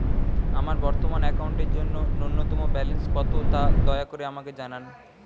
আমার বর্তমান অ্যাকাউন্টের জন্য ন্যূনতম ব্যালেন্স কত তা দয়া করে আমাকে জানান